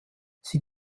sie